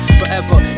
forever